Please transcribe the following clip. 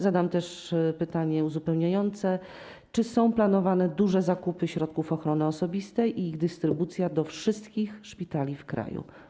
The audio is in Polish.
Zadam też pytanie uzupełniające: Czy są planowane duże zakupy środków ochrony osobistej i ich dystrybucja do wszystkich szpitali w kraju?